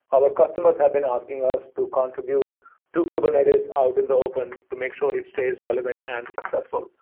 our customers have been asking us to contribute to kubernetes out in the open to make sure it and stays relevant and successful.